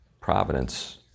providence